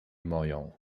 moją